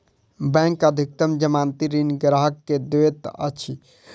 bank अधिकतम जमानती ऋण ग्राहक के दैत अछि